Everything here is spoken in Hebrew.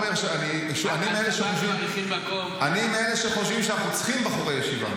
אני מאלה שחושבים שאנחנו צריכים בחורי ישיבה.